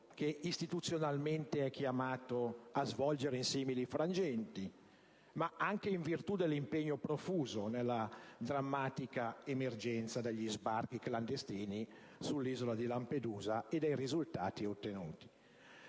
che, istituzionalmente, è chiamato a svolgere in simili frangenti, ma anche in virtù dell'impegno profuso nella drammatica emergenza degli sbarchi clandestini sull'isola di Lampedusa e dei risultati ottenuti.